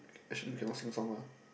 actually cannot sing song lah